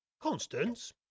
Constance